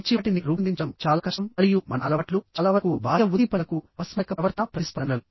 మంచి వాటిని రూపొందించడం చాలా కష్టం మరియు మన అలవాట్లు చాలావరకు బాహ్య ఉద్దీపనలకు అపస్మారక ప్రవర్తనా ప్రతిస్పందనలు